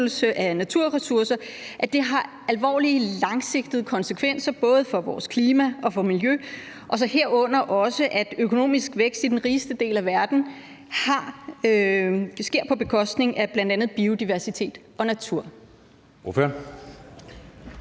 naturressourcer, er alvorlige langsigtede konsekvenser for både vores klima og miljø, og herunder også, at økonomisk vækst i den rigeste del af verden sker på bekostning af bl.a. biodiversitet og natur.